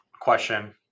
question